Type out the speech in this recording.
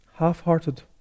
half-hearted